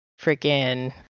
freaking